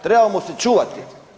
Trebamo se čuvati.